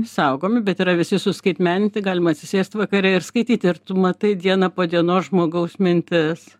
saugomi bet yra visi suskaitmeninti galima atsisėst vakare ir skaityti ir tu matai dieną po dienos žmogaus mintis